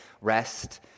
Rest